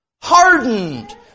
hardened